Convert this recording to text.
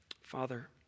Father